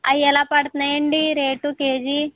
అవి ఎలా పడుతున్నాయండి రేటు కేజీ